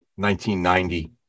1990